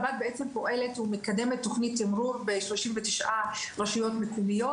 הרלב"ד פועלת ומקדמת תוכנית תמרור ב-39 רשויות מקומיות,